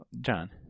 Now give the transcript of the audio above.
John